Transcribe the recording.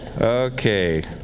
okay